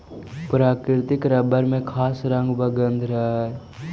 प्राकृतिक रबर में खास रंग व गन्ध न रहऽ हइ